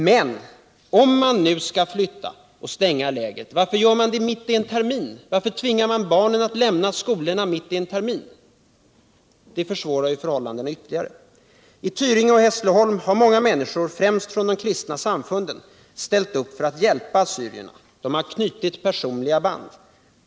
Men om man nu skall flytta och stänga lägret, varför gör man det mitt i en termin? Varför tvingar man barnen att lämna skolorna mitt i terminen? Det försvårar ju förhållandena ytterligare. I Tyringe och Hässleholm har många människor, främst från de kristna samfunden, ställt upp för att hjälpa assyrierna. De har knutit personliga band.